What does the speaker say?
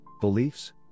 beliefs